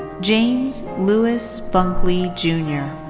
james louis bunkley junior.